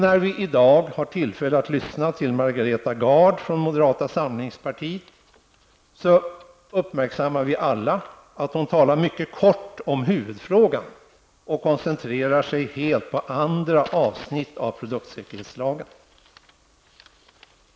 När vi i dag har tillfälle att lyssna till Margareta Gard från moderata samlingspartiet, uppmärksammar vi alla att hon talar mycket kort om huvudfrågan och helt koncentrerar sig på andra avsnitt i produktsäkerhetslagen.